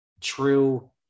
true